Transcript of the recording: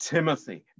Timothy